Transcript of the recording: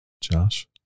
Josh